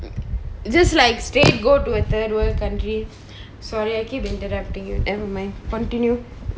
just like say go to a third world country sorry I keep interrupting you nevermind continue